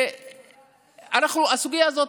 הסוגיה הזאת,